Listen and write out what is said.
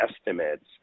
estimates